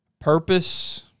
purpose